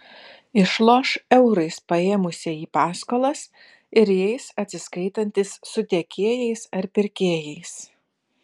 išloš eurais paėmusieji paskolas ir jais atsiskaitantys su tiekėjais ar pirkėjais